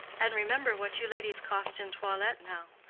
and remember what you ladies cost in toilet now.